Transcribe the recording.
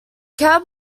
cab